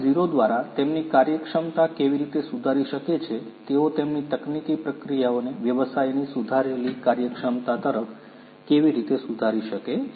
0 દ્વારા તેમની કાર્યક્ષમતા કેવી રીતે સુધારી શકે છે તેઓ તેમની તકનીકી પ્રક્રિયાઓને વ્યવસાયની સુધારેલી કાર્યક્ષમતા તરફ કેવી રીતે સુધારી શકે છે